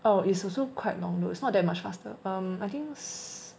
oh it's also quite long it's not that much faster um I think